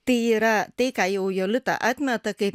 tai yra tai ką jau jolita atmeta kaip